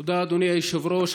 תודה, אדוני היושב-ראש.